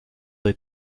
des